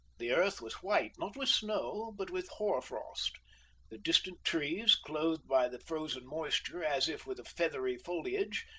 the earth was white, not with snow, but with hoar frost the distant trees, clothed by the frozen moisture as if with a feathery foliage,